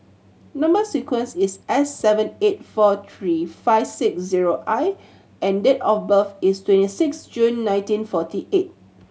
number sequence is S seven eight four three five six zero I and date of birth is twenty six June nineteen forty eight